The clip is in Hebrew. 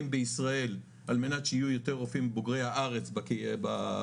בישראל על מנת שיהיו יותר רופאים בוגרי הארץ בעבודה,